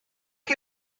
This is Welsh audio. chi